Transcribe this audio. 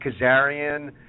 Kazarian